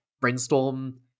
brainstorm